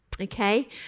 okay